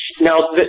Now